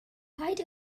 paid